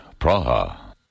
Praha